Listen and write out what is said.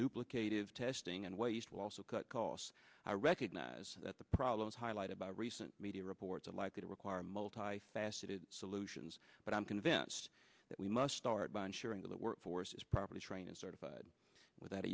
duplicate is testing and waste will also cut costs i recognize that the problems highlighted by recent media reports are likely to require a multifaceted solutions but i'm convinced that we must start by ensuring that the workforce is properly trained and certified without